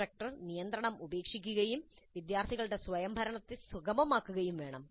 instructor നിയന്ത്രണം ഉപേക്ഷിക്കുകയും വിദ്യാർത്ഥികളുടെ സ്വയംഭരണത്തെ സുഗമമാക്കുകയും വേണം